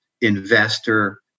investor